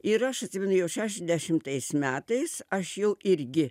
ir aš atsimenu jau šešiasdešimtais metais aš jau irgi